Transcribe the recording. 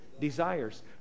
desires